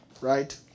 right